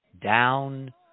down